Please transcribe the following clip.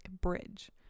Bridge